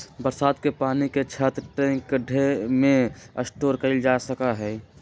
बरसात के पानी के छत, टैंक, गढ्ढे में स्टोर कइल जा सका हई